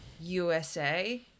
USA